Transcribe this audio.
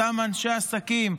אותם אנשי עסקים,